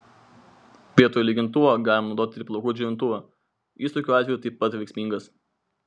vietoj lygintuvo galima naudoti ir plaukų džiovintuvą jis tokiu atveju taip pat veiksmingas